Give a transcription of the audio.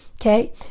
okay